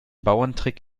bauerntrick